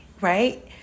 right